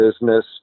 business